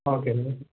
okay sir